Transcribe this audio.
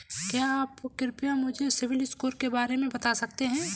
क्या आप कृपया मुझे सिबिल स्कोर के बारे में बता सकते हैं?